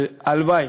הלוואי,